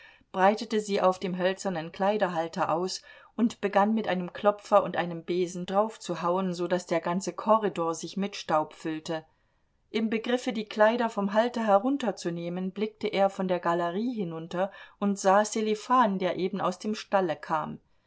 breitete sie auf dem hölzernen kleiderhalter aus und begann mit einem klopfer und einem besen draufzuhauen so daß der ganze korridor sich mit staub füllte im begriffe die kleider vom halter herunterzunehmen blickte er von der galerie hinunter und sah sselifan der eben aus dem stalle kam